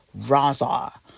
Raza